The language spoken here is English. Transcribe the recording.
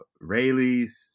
Rayleigh's